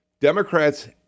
Democrats